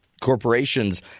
corporations